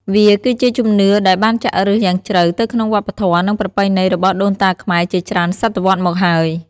វាគឺជាជំនឿដែលបានចាក់ឫសយ៉ាងជ្រៅទៅក្នុងវប្បធម៌និងប្រពៃណីរបស់ដូនតាខ្មែរជាច្រើនសតវត្សមកហើយ។